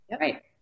Right